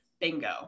bingo